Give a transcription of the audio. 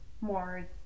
more